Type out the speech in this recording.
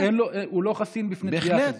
כי אין לו, הוא לא חסין מפני תביעה כזאת.